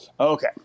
Okay